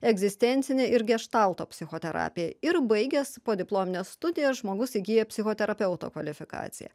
egzistencinė ir geštalto psichoterapija ir baigęs podiplomines studijas žmogus įgyja psichoterapeuto kvalifikaciją